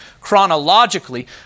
chronologically